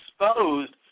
exposed